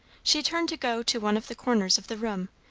she turned to go to one of the corners of the room,